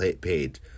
paid